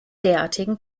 derartigen